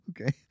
Okay